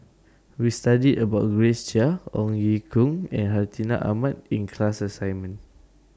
We studied about Grace Chia Ong Ye Kung and Hartinah Ahmad in class assignment